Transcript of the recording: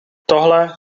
tohle